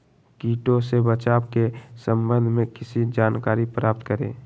किटो से बचाव के सम्वन्ध में किसी जानकारी प्राप्त करें?